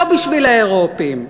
לא בשביל האירופים,